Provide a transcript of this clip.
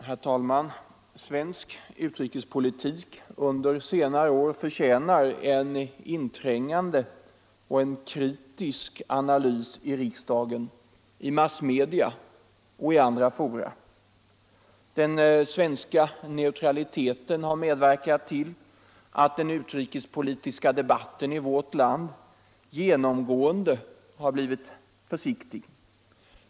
Herr talman! Svensk utrikespolitik under senare år förtjänar en inträngande och kritisk analys i riksdagen, i massmedia och i andra fora. Den svenska neutraliteten har medverkat till att den utrikespolitiska debatten i vårt land genomgående har blivit försiktig.